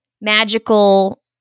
magical